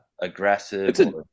aggressive